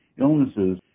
illnesses